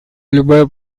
любая